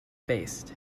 faced